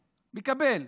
מקבל,